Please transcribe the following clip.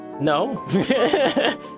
no